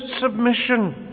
submission